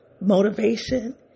motivation